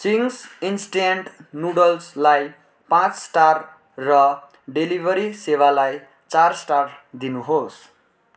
Ching's instant नुडल्सलाई पाँच star र डेलिभरी सेवालाई चार स्टार दिनुहोस्